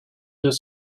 deux